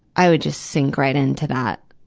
i would just sink right into that